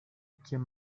quien